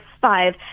five